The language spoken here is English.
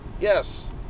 yes